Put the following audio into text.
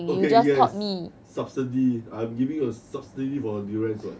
okay yes subsidy I'm giving you a subsidy for your durians what